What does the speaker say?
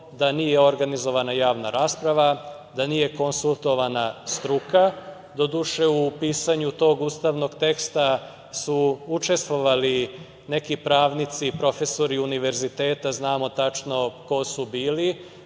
da nije organizovana javna rasprava, da nije konsultovana struka. Doduše, u pisanju tog ustavnog teksta su učestvovali neki pravnici, profesori univerziteta. Znamo tačno ko su bili,